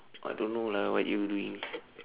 I don't know lah what you doing